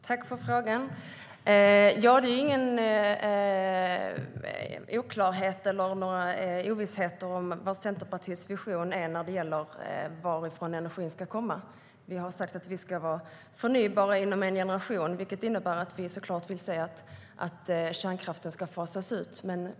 Herr talman! Tack för frågorna! Det råder inga oklarheter eller ovissheter om vad Centerpartiets vision är när det gäller varifrån energin ska komma. Vi har sagt att energianvändningen ska ske i förnybar form inom en generation, vilket innebär att kärnkraften ska fasas ut.